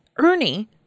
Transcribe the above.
Ernie